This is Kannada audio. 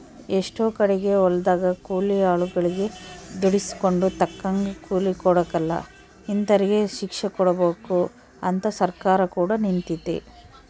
ಎಷ್ಟೊ ಕಡಿಗೆ ಹೊಲದಗ ಕೂಲಿ ಆಳುಗಳಗೆ ದುಡಿಸಿಕೊಂಡು ತಕ್ಕಂಗ ಕೂಲಿ ಕೊಡಕಲ ಇಂತರಿಗೆ ಶಿಕ್ಷೆಕೊಡಬಕು ಅಂತ ಸರ್ಕಾರ ಕೂಡ ನಿಂತಿತೆ